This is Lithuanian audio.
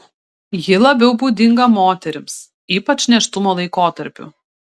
ji labiau būdinga moterims ypač nėštumo laikotarpiu